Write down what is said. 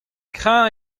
kreñv